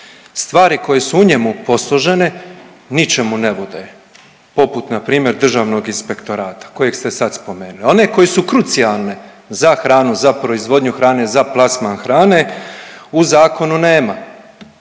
Stvari koje su u njemu posložene ničemu ne vode poput na primjer Državnog inspektorata kojeg ste sad spomenuli. One koje su krucijalne za hranu, za proizvodnju hrane, za plasman hrane u zakonu nema.